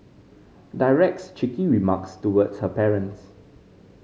directs cheeky remarks towards her parents